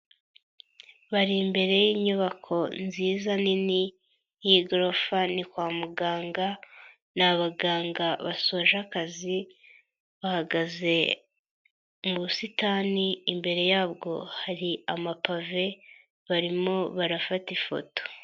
Bari imbere y'inyubako nziza nini y'igorofa ni kwa muganga ni abaganga basoje akazi bahagaze mu busitani imbere yabwo hari amapave barimo barafata ifoto.